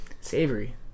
Savory